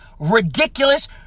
ridiculous